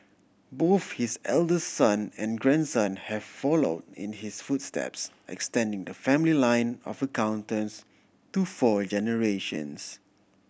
both his eldest son and grandson have follow in his footsteps extending the family line of accountants to four generations